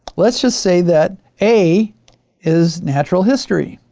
let's just say that a is natural history,